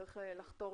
צריך לחתור